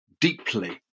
deeply